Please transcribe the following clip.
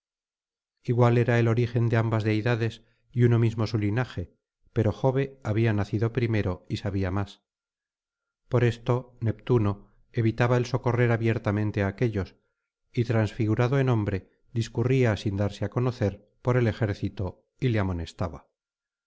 era el origen de ambas deidades y uno mismo su linaje pero jove había nacido primero y sabía más por esto neptuno evitaba el socorrer abiertamente á aquéllos y transfigurado en hombre discurría sin darse á conocer por el ejército y le amonestaba